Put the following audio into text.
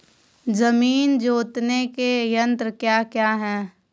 जमीन जोतने के यंत्र क्या क्या हैं?